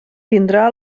tindrà